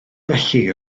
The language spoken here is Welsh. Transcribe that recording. felly